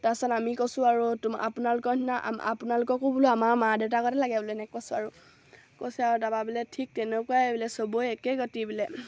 তাৰপাছত আমি কৈছোঁ আৰু তোম আপোনালোকৰ নিচিনা আপোনালোককো বোলো আমাৰ মা দেউতাৰগতে লাগে বোলো এনেকৈ কৈছোঁ আৰু কৈছে আৰু তাৰপৰা বোলে ঠিক তেনেকুৱাই বোলে সবৰে একে গতি বোলে